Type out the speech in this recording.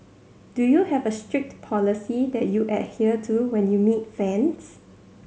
do you have a strict policy that you adhere to when you meet fans